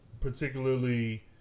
particularly